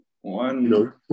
One